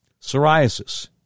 Psoriasis